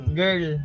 girl